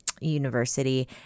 university